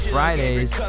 Fridays